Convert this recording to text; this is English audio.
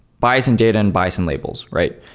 bias in data and bias in labels, right?